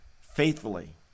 faithfully